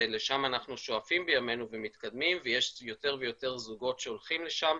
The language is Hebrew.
שלשם אנחנו שואפים בימינו ומתקדמים ויש יותר ויותר זוגות שהולכים לשם,